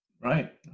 Right